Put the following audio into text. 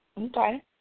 Okay